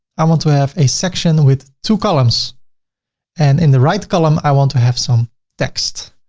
i want to have a section with two columns and in the right column, i want to have some text.